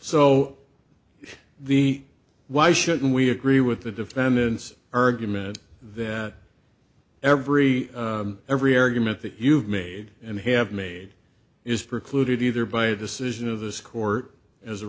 so the why should we agree with the defendant's ergometer every every argument that you've made and have made is precluded either by a decision of this court as a